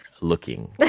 looking